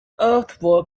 earthwork